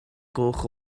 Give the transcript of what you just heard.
goch